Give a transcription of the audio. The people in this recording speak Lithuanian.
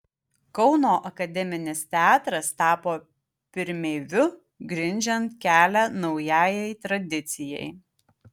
kauno akademinis teatras tapo pirmeiviu grindžiant kelią naujajai tradicijai